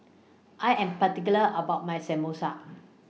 I Am particular about My Samosa